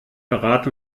verrat